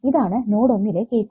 ഇതാണ് നോഡ് ഒന്നിലെ KCL